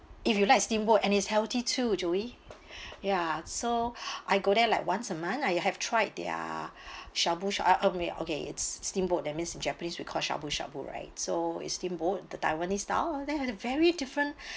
if you like steamboat and is healthy too joey ya so I go there like once a month I have tried their shabu sha~ uh mean okay it's steamboat that means in japanese we call shabu shabu right so is steamboat the taiwanese style they had a very different